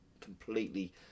completely